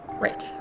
right